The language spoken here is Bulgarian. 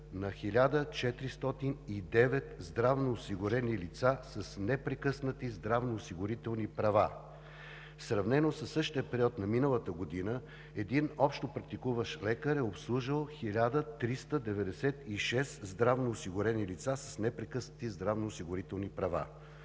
на 1409 здравноосигурени лица с непрекъснати здравноосигурителни права. Сравнено със същия период на миналата година, един общопрактикуващ лекар е обслужвал 1396 здравноосигурени лица с непрекъснати здравноосигурителни права.